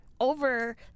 over